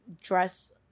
dress